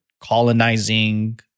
colonizing